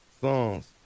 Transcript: songs